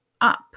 up